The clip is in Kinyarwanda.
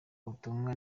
ubutumwa